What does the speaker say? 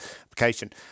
application